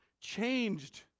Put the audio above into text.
changed